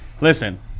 Listen